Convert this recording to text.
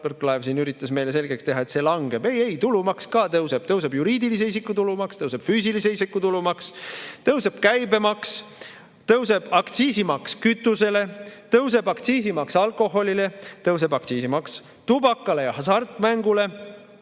Võrklaev üritas meile selgeks teha, et see langeb. Ei, ei, tulumaks ka tõuseb. Tõuseb juriidilise isiku tulumaks, tõuseb füüsilise isiku tulumaks, tõuseb käibemaks, tõuseb aktsiisimaks kütusele, tõuseb aktsiisimaks alkoholile, tõuseb aktsiisimaks tubakale ja hasartmängule.